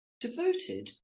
devoted